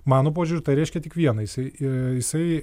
mano požiūriu tai reiškia tik vieną jisai jisai